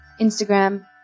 Instagram